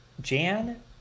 Jan